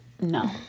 No